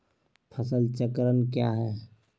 फसल चक्रण क्या है?